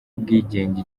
ubwigenge